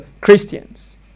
Christians